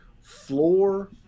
floor